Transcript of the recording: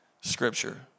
scripture